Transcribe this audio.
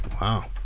Wow